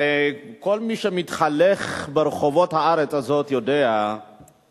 הרי כל מי שמתהלך ברחובות הארץ הזאת יודע שבעצם